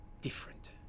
Different